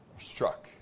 struck